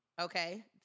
okay